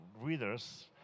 readers